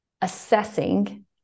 assessing